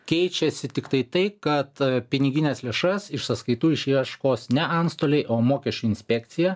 keičiasi tiktai tai kad pinigines lėšas iš sąskaitų išieškos ne antstoliai o mokesčių inspekcija